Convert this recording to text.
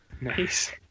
Nice